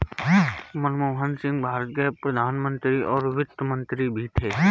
मनमोहन सिंह भारत के प्रधान मंत्री और वित्त मंत्री भी थे